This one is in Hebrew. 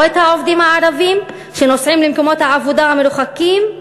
לא את העובדים הערבים שנוסעים למקומות העבודה המרוחקים?